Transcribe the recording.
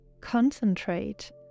Concentrate